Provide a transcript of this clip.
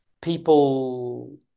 People